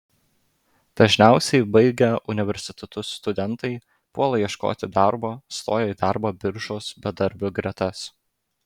dažniausiai baigę universitetus studentai puola ieškoti darbo stoja į darbo biržos bedarbių gretas